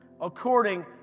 according